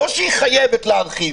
לא שהיא חייבת להרחיב.